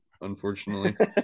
unfortunately